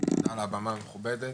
תודה על הבמה המכובדת,